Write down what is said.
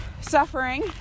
suffering